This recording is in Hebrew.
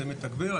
זה מתגבר,